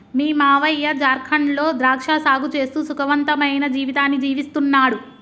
మీ మావయ్య జార్ఖండ్ లో ద్రాక్ష సాగు చేస్తూ సుఖవంతమైన జీవితాన్ని జీవిస్తున్నాడు